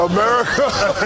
America